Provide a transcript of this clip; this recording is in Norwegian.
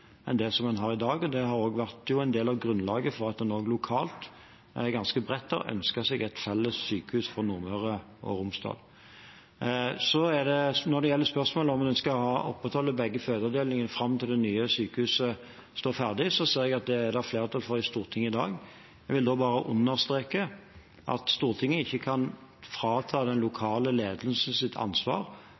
enn det som en har i dag, og det har også vært en del av grunnlaget for at en også lokalt ganske bredt har ønsket seg et felles sykehus for Nordmøre og Romsdal. Når det gjelder spørsmålet om en skal opprettholde begge fødeavdelingene fram til det nye sykehuset står ferdig, ser jeg at det er det flertall for i Stortinget i dag. Jeg vil da bare understreke at Stortinget ikke kan frata den lokale ledelsen ansvar